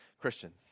Christians